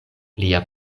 lia